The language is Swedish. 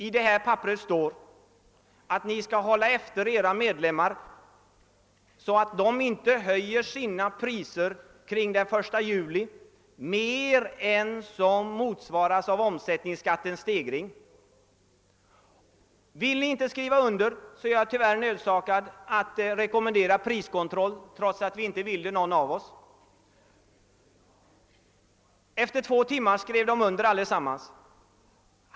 I papperet står att ni skall hålla efter era medlemmar, så att dessa inte höjer sina priser kring 1 juli mer än vad som motsvaras av omsättningsskattestegringen. Vill ni inte skriva under är jag tyvärr nödsakad att rekommendera priskontroll trots att ingen av oss önskar en sådan.» Efter två timmar skrev alla under.